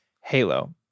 Halo